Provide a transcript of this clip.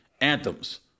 anthems